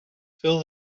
fill